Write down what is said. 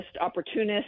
opportunists